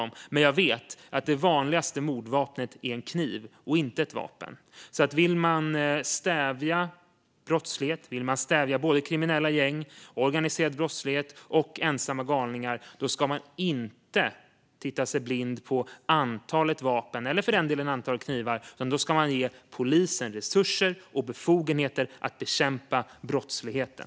Men jag vet att det vanligaste mordvapnet är kniv och inte något annat vapen. Vill man stävja brottslighet och förekomst av kriminella gäng, organiserad brottslighet och ensamma galningar ska man alltså inte stirra sig blind på antalet vapen eller för den delen antalet knivar. Då ska man ge polisen resurser och befogenheter för att bekämpa brottsligheten.